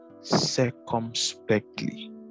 circumspectly